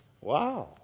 Wow